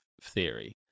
theory